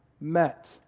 met